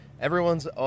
Everyone's